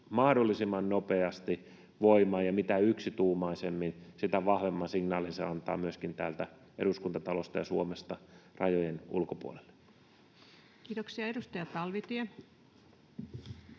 mahdollisimman nopeasti voimaan — ja mitä yksituumaisemmin, sitä vahvemman signaalin se antaa myöskin täältä Eduskuntatalosta ja Suomesta rajojen ulkopuolelle. [Speech 115] Speaker: